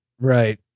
right